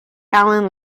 allen